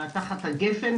תחת הגפ"ן,